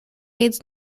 aids